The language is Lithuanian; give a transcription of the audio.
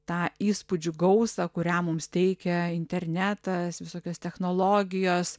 tą įspūdžių gausą kurią mums teikia internetas visokios technologijos